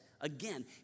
again